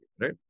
right